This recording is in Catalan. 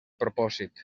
propòsit